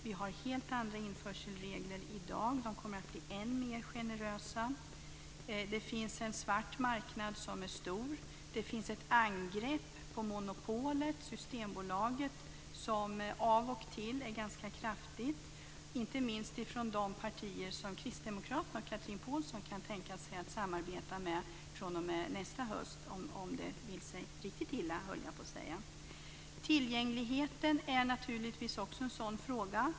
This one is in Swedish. Vi har helt andra införselregler i dag, och de kommer att bli än mer generösa. Det finns en svart marknad som är stor. Det finns ett angrepp på monopolet, Systembolaget, som av och till är ganska kraftigt, inte minst från de partier som Kristdemokraterna och Chatrine Pålsson kan tänka sig att samarbeta med fr.o.m. i höst, om det vill sig riktigt illa, höll jag på att säga. Tillgängligheten är naturligtvis en viktig fråga.